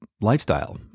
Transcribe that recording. lifestyle